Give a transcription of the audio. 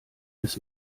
des